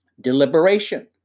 deliberation